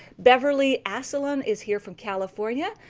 beverly aslelon is here from california.